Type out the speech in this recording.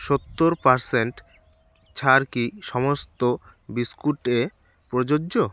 সত্তর পারসেন্ট ছাড় কি সমস্ত বিস্কুটে প্রযোজ্য